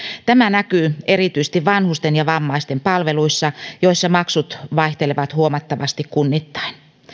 tämä näkyy erityisesti vanhusten ja vammaisten palveluissa joissa maksut vaihtelevat huomattavasti kunnittain